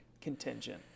contingent